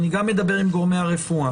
אני גם אדבר עם גורמי הרפואה